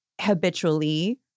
habitually